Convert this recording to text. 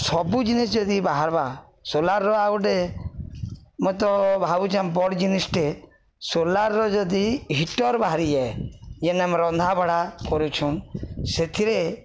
ସବୁ ଜିନିଷ୍ ଯଦି ବାହାର୍ବା ସୋଲାରର ଆଉ ଗୋଟେ ମୁଁ ତ ଭାବୁଚେ ବଡ଼ ଜିନିଷ୍ଟେ ସୋଲାରର ଯଦି ହିଟର ବାହାରିଯେଏ ଯେନ୍ ଆମେ ରନ୍ଧାବଢ଼ା କରୁଛନ୍ ସେଥିରେ